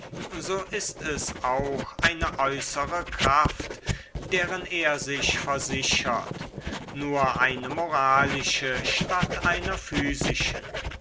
so ist es auch eine äußere kraft deren er sich versichert nur eine moralische statt einer physischen